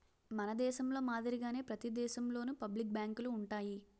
మన దేశంలో మాదిరిగానే ప్రతి దేశంలోనూ పబ్లిక్ బ్యాంకులు ఉంటాయి